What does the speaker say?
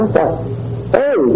Hey